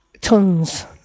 tons